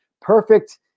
perfect